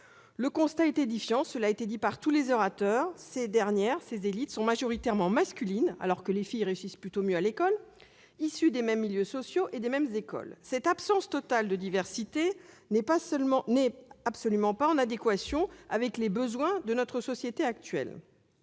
Le constat est édifiant, cela a été dit par tous les orateurs : ces dernières sont majoritairement masculines, alors que les filles réussissent plutôt mieux à l'école, issues des mêmes milieux sociaux et des mêmes écoles. Cette absence totale de diversité n'est absolument pas en adéquation avec les besoins de notre société :